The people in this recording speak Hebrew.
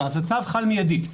אז הצו חל מיידית.